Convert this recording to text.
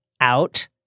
out